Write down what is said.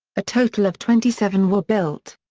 a total of twenty seven were built.